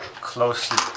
closely